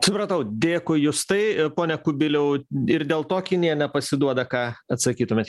supratau dėkui justai pone kubiliau ir dėl to kinija nepasiduoda ką atsakytumėt